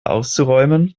auszuräumen